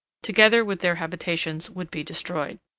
together with their habitations, would be destroyed.